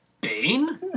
Bane